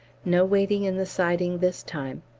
no waiting in the siding this time.